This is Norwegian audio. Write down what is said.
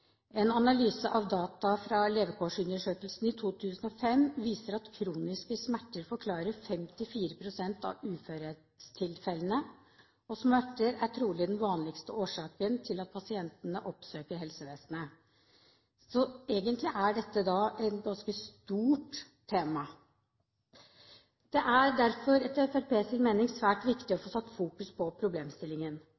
En analyse av data fra Levekårsundersøkelsen 2005 viser at kroniske smerter forklarer 54 pst. av uførhetstilfellene, og smerter er trolig den vanligste årsaken til at pasienter oppsøker helsevesenet. Så egentlig er dette et ganske stort tema. Det er derfor etter Fremskrittspartiets mening svært viktig å